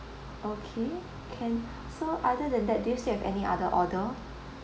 okay can so other than that do you still have any other order